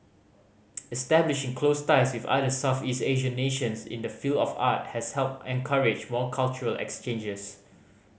establishing close ties with other Southeast Asian nations in the field of art has helped and encourage more cultural exchanges